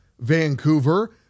Vancouver